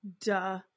duh